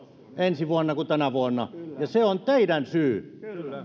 ensi vuonna kuin tänä vuonna ja se on teidän syynne